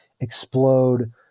explode